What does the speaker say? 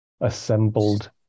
assembled